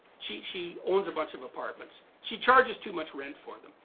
she she owns a bunch of apartments. she charges too much rent for them.